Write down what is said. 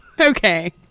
Okay